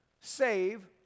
save